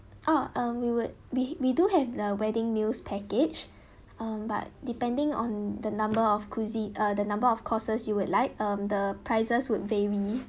oh um we would we we do have the wedding news package um but depending on the number of cuisine uh the number of courses you would like um the prices would vary